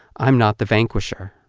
i'm not the vanquisher,